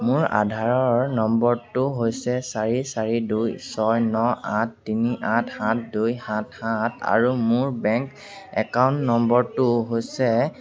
মোৰ আধাৰৰ নম্বৰটো হৈছে চাৰি চাৰি দুই ছয় ন আঠ তিনি আঠ সাত দুই সাত সাত আৰু মোৰ বেংক একাউণ্ট নম্বৰটো হৈছে